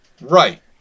Right